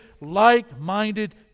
like-minded